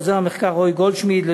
לעוזר המחקר רועי גולדשמידט,